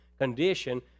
condition